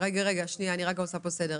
למה הכוונה?